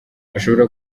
ashobora